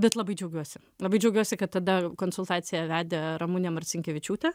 bet labai džiaugiuosi labai džiaugiuosi kad tada konsultaciją vedė ramunė marcinkevičiūtė